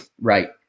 Right